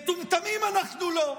מטומטמים אנחנו לא.